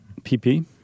PP